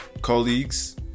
colleagues